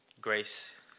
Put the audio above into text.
grace